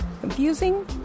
Confusing